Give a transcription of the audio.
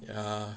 ya